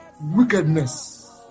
wickedness